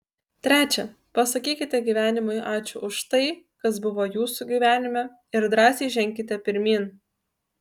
trečia pasakykite gyvenimui ačiū už tai kas buvo jūsų gyvenime ir drąsiai ženkite pirmyn